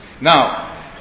Now